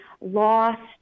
lost